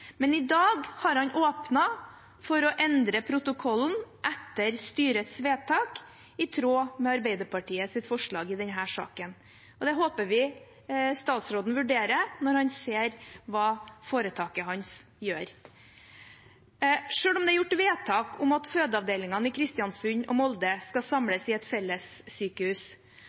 Men i dag har han åpnet for å endre protokollen etter styrets vedtak, i tråd med Arbeiderpartiets forslag i denne saken. Det håper vi statsråden vurderer, når han ser hva foretaket hans gjør. Selv om det er gjort vedtak om at fødeavdelingene i Kristiansund og Molde skal samles i et felles sykehus,